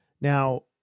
Now